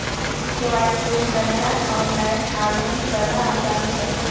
केवाईसीर तने ऑनलाइन आवेदन करना आसान छ